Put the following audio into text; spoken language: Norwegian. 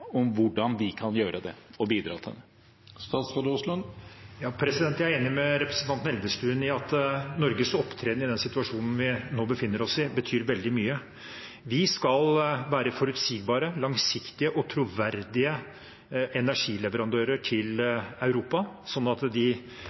hvordan vi kan bidra til å gjøre det? Jeg er enig med representanten Elvestuen i at Norges opptreden i den situasjonen vi nå befinner oss i, betyr veldig mye. Vi skal være forutsigbare, langsiktige og troverdige energileverandører til Europa, slik at de,